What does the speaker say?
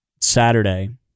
Saturday